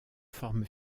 forme